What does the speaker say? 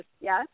yes